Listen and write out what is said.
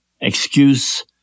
excuse